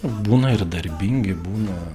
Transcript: būna ir darbingi būna